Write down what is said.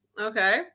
Okay